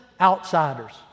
outsiders